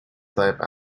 type